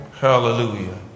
Hallelujah